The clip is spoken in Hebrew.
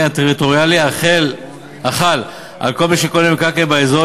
הטריטוריאלי החל על כל מי שקונה מקרקעין באזור,